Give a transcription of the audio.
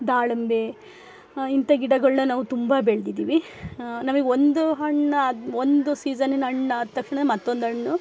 ದಾಳಿಂಬೆ ಇಂಥ ಗಿಡಗಳ್ನ ನಾವು ತುಂಬ ಬೆಳೆದಿದ್ದೀವಿ ನಮಗ್ ಒಂದು ಹಣ್ಣಾದ ಒಂದು ಸೀಸನಿನ ಹಣ್ಣಾದ ತಕ್ಷಣ ಮತ್ತೊಂದು ಹಣ್ಣು